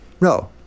no